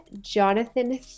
Jonathan